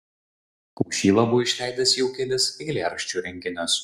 kaušyla buvo išleidęs jau kelis eilėraščių rinkinius